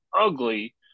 ugly